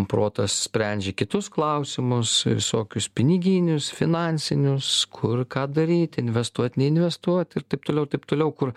protas sprendžia kitus klausimus visokius piniginius finansinius kur ką daryt investuot neinvestuot ir taip toliau ir taip toliau kur